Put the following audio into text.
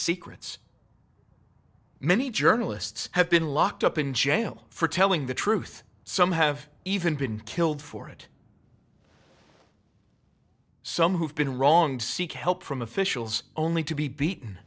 secrets many journalists have been locked up in jail for telling the truth some have even been killed for it some who've been wronged seek help from officials only to be beaten